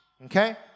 Okay